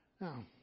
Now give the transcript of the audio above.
Now